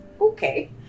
Okay